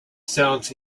sounds